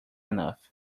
enough